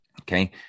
Okay